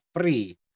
free